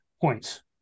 points